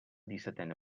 dissetena